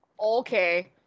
okay